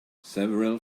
several